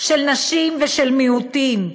של נשים ושל מיעוטים,